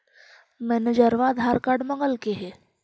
मैनेजरवा आधार कार्ड मगलके हे?